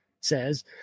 says